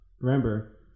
Remember